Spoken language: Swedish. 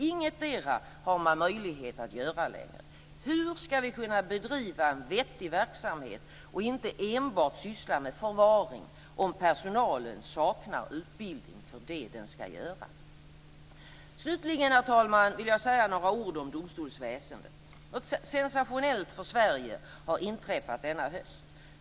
Ingetdera har man möjlighet att göra längre. Hur ska vi kunna bedriva en vettig verksamhet och inte enbart syssla med förvaring om personalen saknar utbildning för det som den ska göra? Herr talman! Slutligen vill jag säga några ord om domstolsväsendet. Något sensationellt för Sverige har inträffat denna höst.